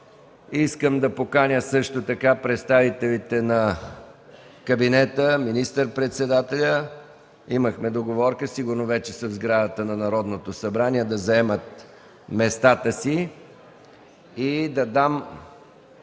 Искам да поканя също така представителите на кабинета, министър-председателя - имахме договорка, сигурно вече са в сградата на Народното събрание - да заемат местата си. Ако няма